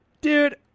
dude